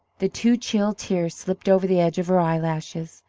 the two chill tears slipped over the edge of her eyelashes.